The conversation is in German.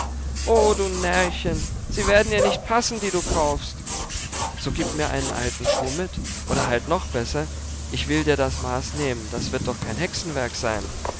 o du närrchen sie werden ja nicht passen die du kaufst so gib mir einen alten schuh mit oder halt noch besser ich will dir das maß nehmen das wird doch kein hexenwerk sein